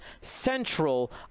central